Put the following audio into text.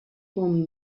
bon